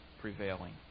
prevailing